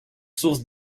sources